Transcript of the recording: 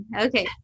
Okay